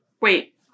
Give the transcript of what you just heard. Wait